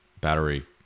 battery